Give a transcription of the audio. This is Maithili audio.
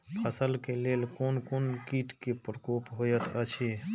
फसल के लेल कोन कोन किट के प्रकोप होयत अछि?